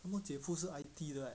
some more 姐夫是 I_T 的 eh